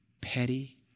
petty